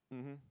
mmhmm